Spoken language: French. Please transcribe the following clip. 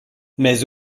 mais